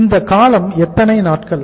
எனவே இந்த காலம் எத்தனை நாட்கள்